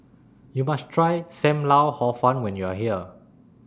YOU must Try SAM Lau Hor Fun when YOU Are here